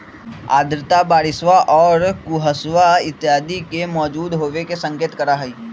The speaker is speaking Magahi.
आर्द्रता बरिशवा और कुहसवा इत्यादि के मौजूद होवे के संकेत करा हई